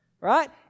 right